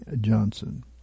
Johnson